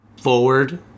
forward